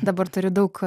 dabar turiu daug